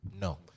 No